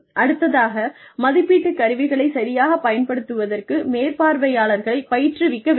அடுத்ததாக மதிப்பீட்டுக் கருவிகளைச் சரியாகப் பயன்படுத்துவதற்கு மேற்பார்வையாளர்களைப் பயிற்றுவிக்க வேண்டும்